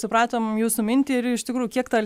supratom jūsų mintį ir iš tikrųjų kiek ta